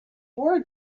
were